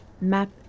map